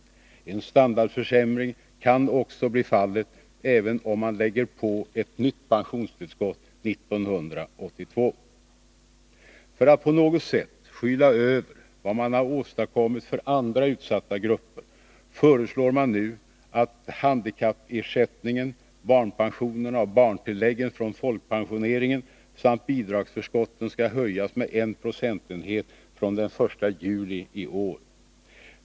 En standardförsämring kan också bli fallet även om man lägger på ett nytt pensionstillskott 1982. För att på något sätt skyla över vad man åstadkommit för andra utsatta grupper föreslår man nu att folkpensioneringen samt bidragsförskotten skall höjas med en procentenhet från den 1 juli i år.